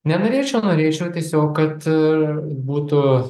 nenorėčiau norėčiau tiesiog kad būtų